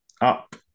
up